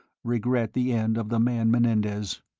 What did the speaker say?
regret the end of the man menendez.